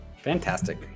Fantastic